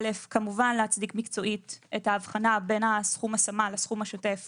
להצדיק מקצועית את ההבחנה בין סכום ההשמה לסכום השוטף